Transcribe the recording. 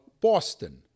Boston